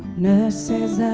nurse says